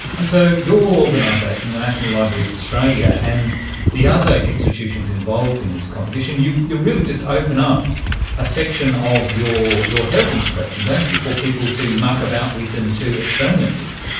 and so your organisation, the national library of australia, and the other institutions involved in this competition, you really just open up a section of your your heritage collection, don't you, for people to muck about with and to experiment with.